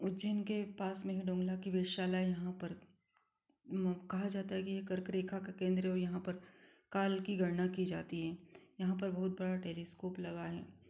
उज्जैन के पास में ही डोंगला की वेधशाला है यहाँ पर कहा जाता है कि यह कर्क रेखा का केंद्र है और यहाँ पर काल की गणना की जाती है यहाँ पर बहुत बड़ा टेलीस्कोप लगा है